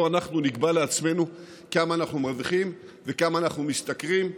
ולא אנחנו נקבע לעצמנו כמה אנחנו מרוויחים וכמה אנחנו משתכרים.